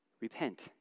Repent